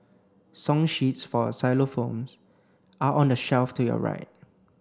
song sheets for xylophones are on the shelf to your right